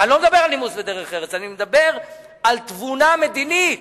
אני מדבר על תבונה מדינית.